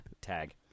Tag